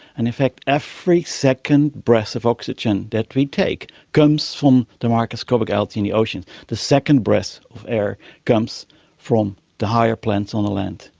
and in fact every second breath of oxygen that we take comes from the microscopic algae in the oceans. the second breath of air comes from the higher plants on the land.